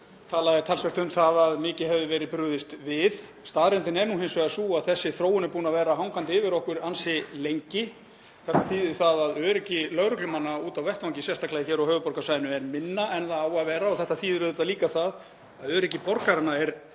talaði talsvert um að mikið hefði verið brugðist við. Staðreyndin er hins vegar sú að þessi þróun er búin að vera hangandi yfir okkur ansi lengi. Þetta þýðir að öryggi lögreglumanna á vettvangi, sérstaklega hér á höfuðborgarsvæðinu, er minna en það á að vera og þetta þýðir auðvitað líka að öryggi borgaranna er